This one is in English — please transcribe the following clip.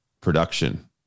production